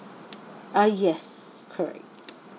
ah yes correct